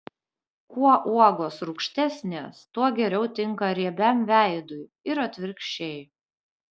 kuo uogos rūgštesnės tuo geriau tinka riebiam veidui ir atvirkščiai